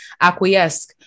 acquiesce